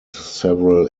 several